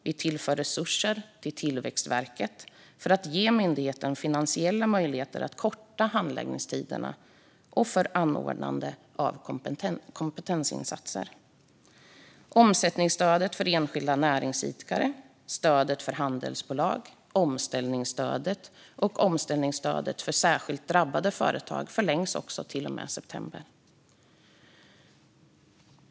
Vi tillför resurser till Tillväxtverket för att ge myndigheten finansiella möjligheter att korta handläggningstiderna och för anordnande av kompetensinsatser. Omsättningsstödet för enskilda näringsidkare, stödet för handelsbolag, omställningsstödet och omställningsstödet för särskilt drabbade företag förlängs också till och med september.